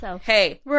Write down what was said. Hey